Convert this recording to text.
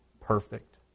perfect